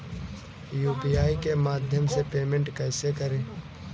UPI के माध्यम से पेमेंट को कैसे करें?